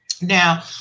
Now